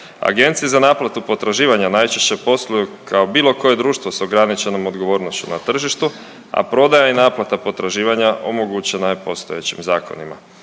Agencije za naplatu potraživanja najčešće posluju kao bilo koje društvo sa ograničenom odgovornošću na tržištu, a prodaja i naplata potraživanja omogućena je postojećim zakonima.